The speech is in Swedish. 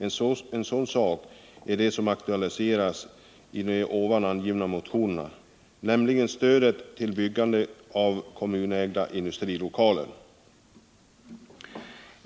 En sådan sak är det som aktualiserats i de angivna motionerna, nämligen stödet till byggande av kommunägda industrilokaler.